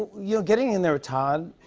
you know getting in there, todd,